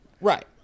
right